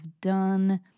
done